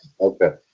Okay